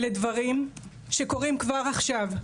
אלה דברים שקורים כבר עכשיו,